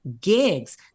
gigs